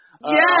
Yes